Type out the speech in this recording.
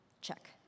check